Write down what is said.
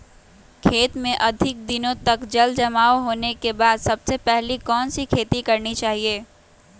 खेत में अधिक दिनों तक जल जमाओ होने के बाद सबसे पहली कौन सी खेती करनी चाहिए?